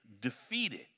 defeated